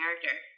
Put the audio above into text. character